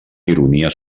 ironia